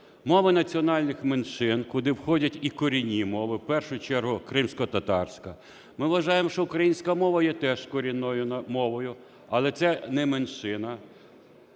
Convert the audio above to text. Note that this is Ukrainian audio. мови національних меншин, куди входять і корінні мови, в першу чергу кримськотатарська. Ми вважаємо, що українська мова є теж корінною мовою, але це – не меншина.